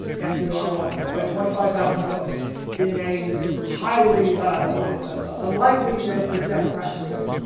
fdr won by twenty five thousand votes in a highly unlikely year for a democrat to win.